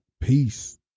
Peace